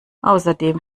außerdem